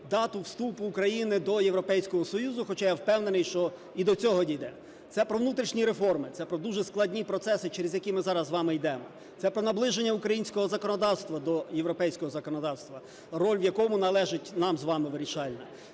дату вступу України до Європейського Союзу (хоча, я впевнений, що і до цього дійде), це про внутрішні реформи, це про дуже складні процеси, через які ми зараз з вами йдемо. Це про наближення українського законодавства до європейського законодавства, роль в якому належить нам з вами вирішальна.